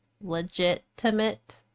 legitimate